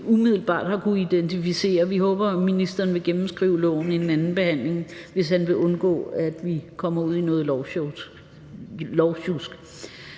umiddelbart har kunnet identificere. Vi håber, ministeren vil gennemskrive lovforslaget inden andenbehandlingen, hvis han vil undgå, at vi kommer ud i noget lovsjusk.